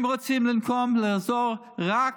הם רוצים במקום לעזור רק